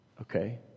Okay